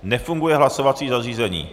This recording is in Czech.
Nefunguje hlasovací zařízení.